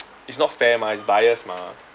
it's not fair mah is biased mah